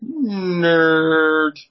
Nerd